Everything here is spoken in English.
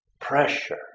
pressure